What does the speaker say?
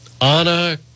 Anna